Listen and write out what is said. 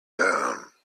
down